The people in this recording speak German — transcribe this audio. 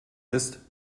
ist